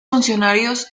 funcionarios